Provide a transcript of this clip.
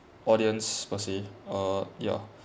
audience per se uh yeah